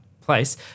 place